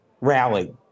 rally